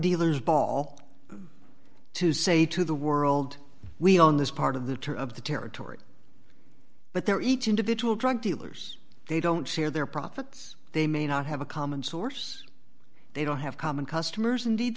dealers ball to say to the world we own this part of the tour of the territory but there eats individual drug dealers they don't share their profits they may not have a common source they don't have common customers indeed